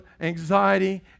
anxiety